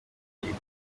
rukiko